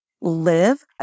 Live